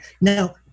now